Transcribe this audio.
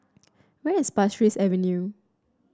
where is Pasir Ris Avenue